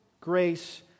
grace